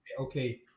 okay